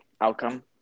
outcome